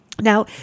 Now